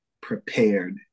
prepared